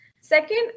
Second